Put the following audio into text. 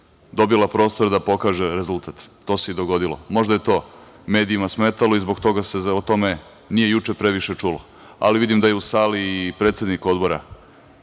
dobila prostor da pokaže rezultat. To se i dogodilo. Možda je to medijima smetalo i zbog toga se o tome nije juče previše čulo. Vidim da je u sali i predsednik Odbora.